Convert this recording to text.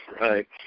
right